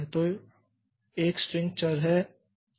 तो एक स्ट्रिंग चर है